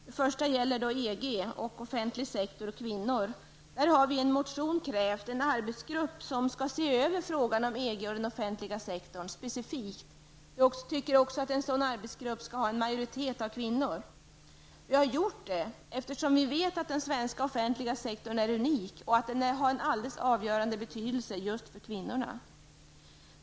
Det första kravet handlar om EG, offentlig sektor och kvinnor. Vi har i en motion krävt att det skall tillsättas en arbetsgrupp som specifikt skall se över frågan om EG och den offentliga sektorn. En sådan arbetsgrupp bör bestå av en majoritet av kvinnor. Vi har framfört detta krav, eftersom vi vet att den svenska offentliga sektorn är unik och att den har en alldeles avgörande betydelse just för kvinnorna.